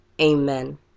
Amen